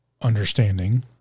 understanding